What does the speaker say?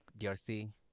DRC